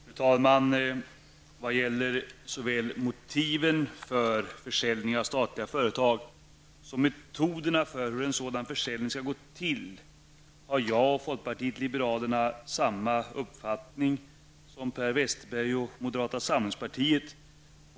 Fru talman! Vad gäller såväl motiven för försäljning av statliga företag som metoderna för hur en sådan försäljning skall gå till har jag och folkpartiet liberalerna samma uppfattning som Per Westerberg och moderata samlingspartiet.